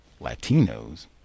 Latinos